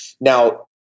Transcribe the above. Now